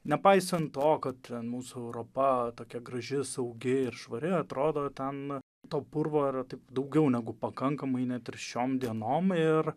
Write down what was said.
nepaisant to kad mūsų europa tokia graži saugi ir švari atrodo ten to purvo yra taip daugiau negu pakankamai net ir šiom dienom ir